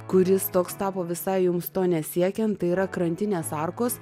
kuris toks tapo visai jums to nesiekiant tai yra krantinės arkos